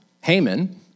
Haman